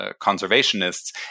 conservationists